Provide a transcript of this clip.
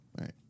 right